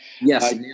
Yes